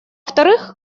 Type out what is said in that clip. вторых